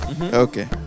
Okay